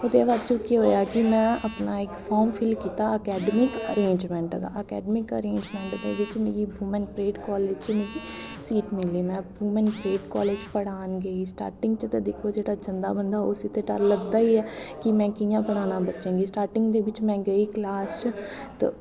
ओह्दे बाद चे केह् होएआ कि में अपना इक फार्म फिल्ल कीता अकैडमिक अरेंजमैंट दा एह्दे च मिगी वूमैन परेड कालेज च मिगी सीट मिली में वूमैन परेड कालेज पढ़ान गेई स्टार्टिंग च ते दिक्खो जेह्ड़ा जंदा बंदा उसी ते डर लगदा ही ऐ कि में कि'यां पढ़ाना बच्चें गी स्टार्टिंग दे बिच्च में गेई क्लास च ते